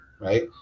right